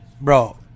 bro